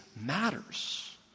matters